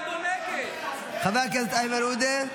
חבר הכנסת איימן עודה.